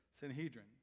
Sanhedrin